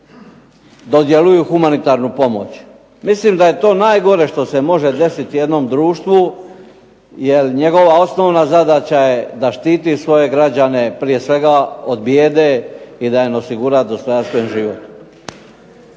dodjeljuju humanitarnu pomoć. Mislim da je to najgore što se može desiti jednom društvu, jer njegova osnovna zadaća je da štititi svoje građane prije svega od bijede i da im osigura dostojanstven život.